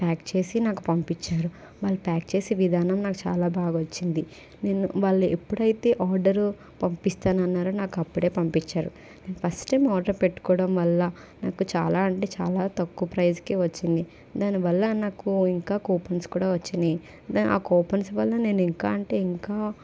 pack చేసి నాకు పంపించారు వాళ్ళు ప్యాక్ చేసే విధానం నాకు చాలా బాగా వచ్చింది నిన్న వాళ్ళు ఎప్పుడు అయితే ఆర్డరు పంపిస్తాను అన్నారో నాకు అప్పుడే పంపించారు నేను ఫస్ట్ టైమ్ ఆర్డర్ పెట్టుకోవడం వల్ల నాకు చాలా అంటే చాలా తక్కువ ప్రైస్కే వచ్చింది దాని వల్ల నాకు ఇంకా కూపన్స్ కూడా వచ్చినాయి దా ఆ కూపన్స్ వల్ల నేను ఇంకా అంటే ఇంకా